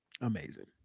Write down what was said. amazing